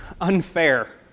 unfair